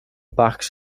backs